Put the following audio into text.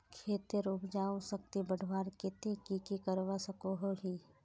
खेतेर उपजाऊ शक्ति बढ़वार केते की की करवा सकोहो ही?